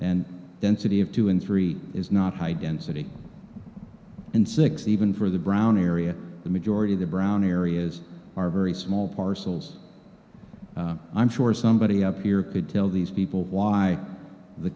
and density of two in three is not high density and six even for the brown area the majority of the brown areas are very small parcels i'm sure somebody up here could tell these people why the